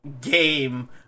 game